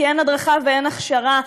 כי אין הדרכה ואין הכשרה.